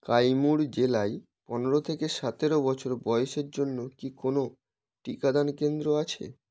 কাইমুর জেলায় পনের থেকে সতের বছর বয়েসের জন্য কি কোনও টিকাদান কেন্দ্র আছে